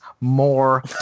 more